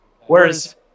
Whereas